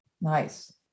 Nice